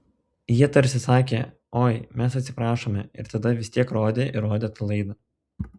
jie tarsi sakė oi mes atsiprašome ir tada vis tiek rodė ir rodė tą laidą